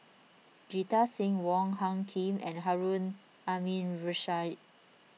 Jita Singh Wong Hung Khim and Harun Aminurrashid